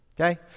okay